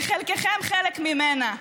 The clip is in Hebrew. וחלקכם חלק ממנה.